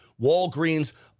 Walgreens